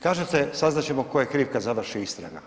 Kažete saznat ćemo ko je kriv kad završi istraga.